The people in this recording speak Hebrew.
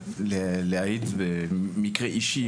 להעיד במקרה אישי,